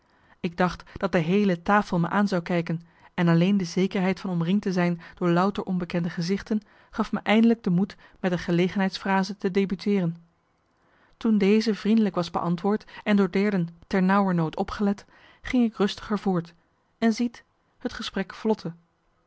ik dacht dat de heele tafel me aan zou kijken en alleen de zekerheid van omringd te zijn door louter onbekende gezichten gaf me eindelijk de moed met een gelegenheidsfrase te debuteeren toen deze vriendelijk was beantwoord en door derden ter nauwernood opgelet ging ik rustiger voort en ziet het gesprek vlotte